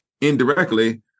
indirectly